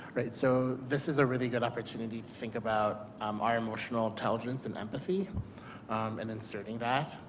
so this is a really good opportunity to think about um ah emotional intelligence and empathy and inserting that.